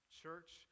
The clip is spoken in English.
church